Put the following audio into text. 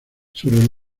sus